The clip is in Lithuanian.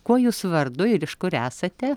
kuo jūs vardu ir iš kur esate